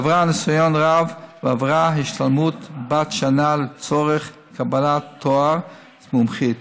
צברה ניסיון רב ועברה השתלמות בת שנה לצורך קבלת תואר מומחית,